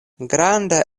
granda